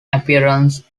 appearance